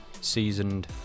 Seasoned